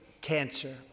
cancer